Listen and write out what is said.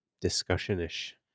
discussion-ish